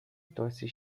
داسی